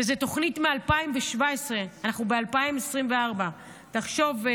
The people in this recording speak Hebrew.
וזו תוכנית משנת 2017. אנחנו בשנת 2024. חשוב,